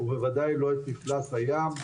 ובוודאי לא את מפלס הים.